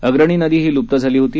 अग्रणी नदी ही लुप्त झाली होती